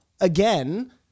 again